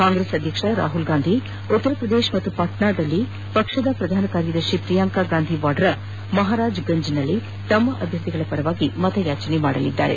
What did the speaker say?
ಕಾಂಗ್ರೆಸ್ ಅಧ್ಯಕ್ಷ ರಾಹುಲ್ ಗಾಂಧಿ ಅವರು ಉತ್ತರ ಪ್ರದೇಶ ಮತ್ತು ಪಾಣ್ವಾದಲ್ಲಿ ಪಕ್ಷದ ಪ್ರಧಾನ ಕಾರ್ಯದರ್ಶಿ ಪ್ರಿಯಾಂಕ್ ಗಾಂಧಿ ವಾದ್ರಾ ಅವರು ಮಹಾರಾಜ್ ಗಂಜ್ನಲ್ಲಿ ತಮ್ಮ ಅಭ್ಯರ್ಥಿಗಳ ಪರ ಮತ ಯಾಚೆಸಲಿದ್ದಾರೆ